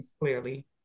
clearly